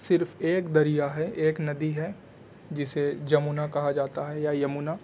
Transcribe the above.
صرف ایک دریا ہے ایک ندی ہے جسے جمنا کہا جاتا ہے یا یمنا